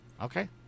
okay